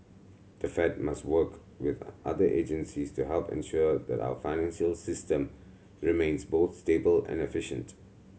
the Fed must work with other agencies to help ensure that our financial system remains both stable and efficient